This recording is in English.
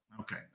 Okay